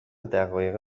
دقایق